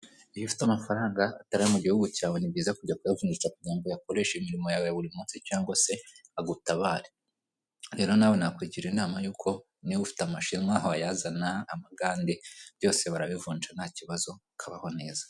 Iyo ufite amafaranga atari ayo mu gihugu cyawe, ni byiza kujya kuyavunjisha kugirango uyakoreshe imirimo yawe buri munsi cyangwa se agutabare. Rero nawe nakugira inama y'uko niba nawe ufite amashinwa wayazana, amagande byose barabivunja nta kibazo ukabaho neza.